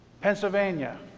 Pennsylvania